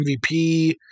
MVP